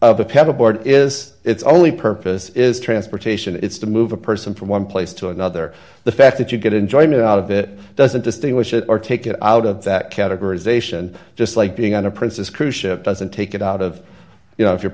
board is its only purpose is transportation it's to move a person from one place to another the fact that you get enjoyment out of it doesn't distinguish it or take it out of that categorization just like being on a princess cruise ship doesn't take it out of you know if you